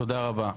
תודה רבה.